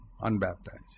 unbaptized